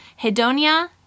Hedonia